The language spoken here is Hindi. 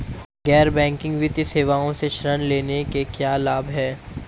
गैर बैंकिंग वित्तीय सेवाओं से ऋण लेने के क्या लाभ हैं?